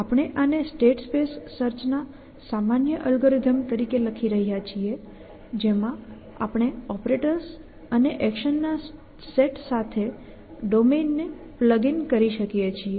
આપણે આને state space search ના સામાન્ય અલ્ગોરિધમ તરીકે લખી રહ્યા છીએ જેમાં આપણે ઓપરેટર્સ અને એક્શનના સેટ સાથે ડોમેન ને પ્લગઈન કરી શકીએ છીએ